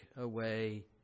away